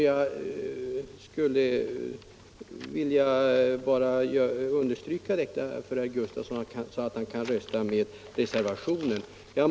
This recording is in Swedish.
Jag vill bara understryka detta för herr Gustafsson och påpeka att han kan ju rösta med reservationen.